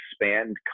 expand